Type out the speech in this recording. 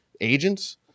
agents